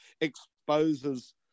exposes